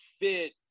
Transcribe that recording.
fit